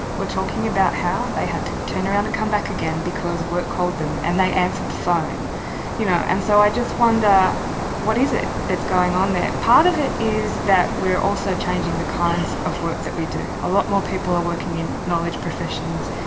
were talking about how they had to turn around and come back again because work called them, and they answered the phone. you know and so i just wonder what is it that's going on there. part of it is that we're also changing the kinds of work that we do. a lot more people are working in knowledge professions,